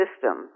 system